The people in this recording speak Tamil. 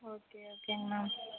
ஓகே ஓகேங்க மேம்